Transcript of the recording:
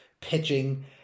pitching